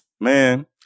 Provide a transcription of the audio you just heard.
Man